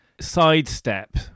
sidestep